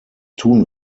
tun